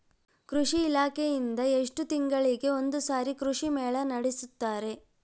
ಕೃಷಿ ಇಲಾಖೆಯಿಂದ ಎಷ್ಟು ತಿಂಗಳಿಗೆ ಒಂದುಸಾರಿ ಕೃಷಿ ಮೇಳ ನಡೆಸುತ್ತಾರೆ?